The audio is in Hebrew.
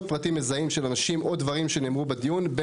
פרטים מזהים של אנשים או דברים שנאמרו בדיון.